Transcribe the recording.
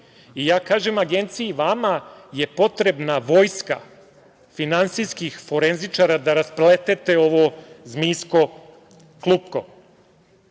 I ja kažem Agenciji, vama je potrebna vojska finansijskih forenzičara da raspletete ovo zmijsko